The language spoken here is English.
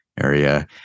area